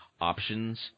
options